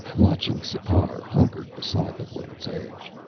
watching sipar hunkered beside the water's edge.